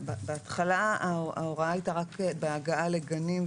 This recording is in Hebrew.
זה בעצם התיקון שמעביר את זה לפעמיים,